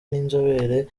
n’inzobere